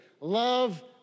Love